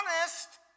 honest